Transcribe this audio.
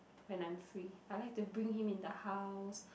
when I'm free I like to bring him in the house